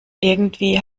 irgendwie